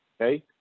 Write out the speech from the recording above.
okay